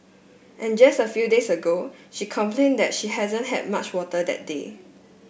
and just a few days ago she complained that she hadn't had much water that day